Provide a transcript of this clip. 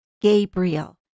gabriel